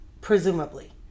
Presumably